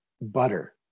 butter